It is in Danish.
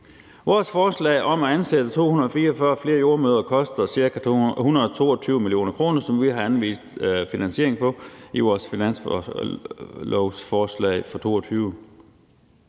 Vores forslag om at ansætte 244 flere jordemødre koster ca. 122 mio. kr., som vi har anvist finansiering til i vores finanslovsforslag for 2022.